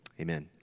amen